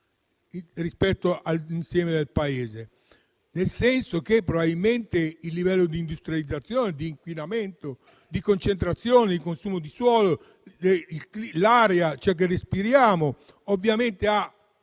rispetto all'insieme del Paese? Intendo dire che probabilmente per il livello di industrializzazione, di inquinamento, di concentrazione, di consumo di suolo, per l'aria che respiriamo la malattia